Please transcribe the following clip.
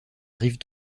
rive